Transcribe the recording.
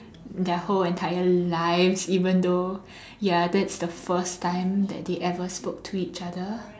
their whole entire life even though ya that's the first time that they ever spoke to each other